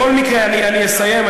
בכל מקרה, אני אסיים.